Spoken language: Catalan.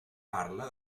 parla